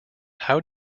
how